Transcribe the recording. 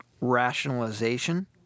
Rationalization